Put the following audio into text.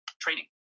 Training